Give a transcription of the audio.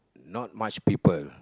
not much people